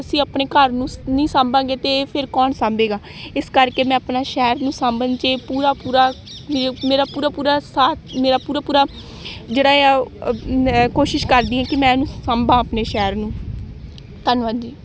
ਅਸੀਂ ਆਪਣੇ ਘਰ ਨੂੰ ਨਹੀਂ ਸਾਂਭਾਂਗੇ ਤਾਂ ਫਿਰ ਕੌਣ ਸਾਂਭੇਗਾ ਇਸ ਕਰਕੇ ਮੈਂ ਆਪਣਾ ਸ਼ਹਿਰ ਨੂੰ ਸਾਂਭਣ 'ਚ ਪੂਰਾ ਪੂਰਾ ਮ ਮੇਰਾ ਪੂਰਾ ਪੂਰਾ ਸਾਥ ਮੇਰਾ ਪੂਰਾ ਪੂਰਾ ਜਿਹੜਾ ਆ ਕੋਸ਼ਿਸ਼ ਕਰਦੀ ਹਾਂ ਕਿ ਮੈਂ ਉਹਨੂੰ ਸਾਂਭਾ ਆਪਣੇ ਸ਼ਹਿਰ ਨੂੰ ਧੰਨਵਾਦ ਜੀ